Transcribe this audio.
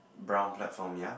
brown platform ya